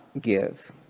give